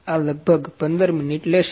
આ લગભગ પંદર મિનિટ લેશે